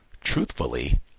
truthfully